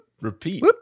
repeat